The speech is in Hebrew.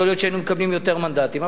יכול להיות שהיינו מקבלים יותר מנדטים.